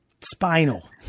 spinal